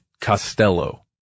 Costello